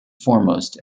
foremost